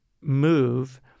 move